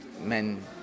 men